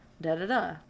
da-da-da